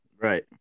right